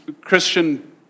Christian